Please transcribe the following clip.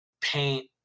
paint